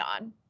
on